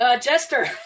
Jester